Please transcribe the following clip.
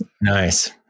Nice